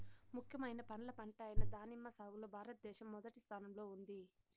ముఖ్యమైన పండ్ల పంట అయిన దానిమ్మ సాగులో భారతదేశం మొదటి స్థానంలో ఉంది